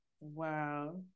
Wow